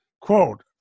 Quote